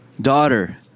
Daughter